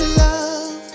love